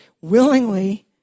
willingly